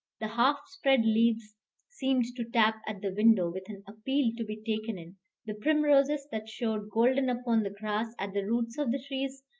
the half-spread leaves seemed to tap at the window, with an appeal to be taken in the primroses, that showed golden upon the grass at the roots of the trees,